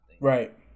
Right